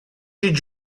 did